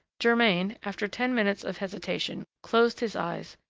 germain, after ten minutes of hesitation, closed his eyes,